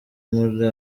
muri